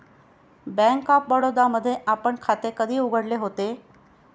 Bank of Baroda मध्ये आपण खाते कधी उघडले होते?